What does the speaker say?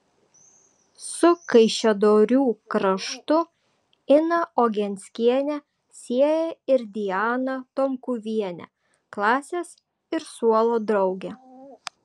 su kaišiadorių kraštu iną ogenskienę sieja ir diana tomkuvienė klasės ir suolo draugė